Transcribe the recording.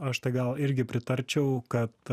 aš tai gal irgi pritarčiau kad